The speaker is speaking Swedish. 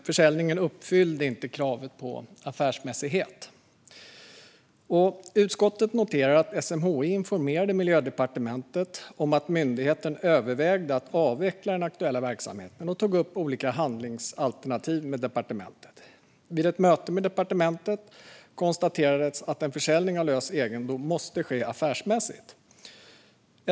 Försäljningen uppfyllde inte kravet på affärsmässighet. Utskottet noterar att SMHI informerade Miljödepartementet om att myndigheten övervägde att avveckla den aktuella verksamheten och tog upp olika handlingsalternativ med departementet. Vid ett möte med departementet konstaterades att en försäljning av lös egendom måste ske affärsmässigt.